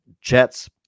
Jets